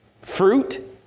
fruit